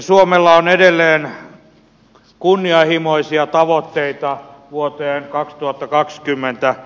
suomella on edelleen kunnianhimoisia tavoitteita vuoteen kaksituhatta kakskymmentä